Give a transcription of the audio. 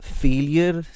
failure